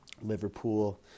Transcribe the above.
Liverpool